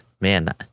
Man